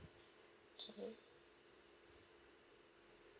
okay